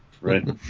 right